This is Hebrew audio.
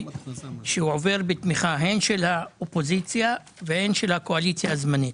שעובר בתמיכה הן של האופוזיציה והן של הקואליציה הזמנית.